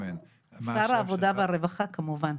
גם שר העבודה והרווחה כמובן.